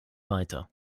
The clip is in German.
weiter